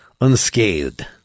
unscathed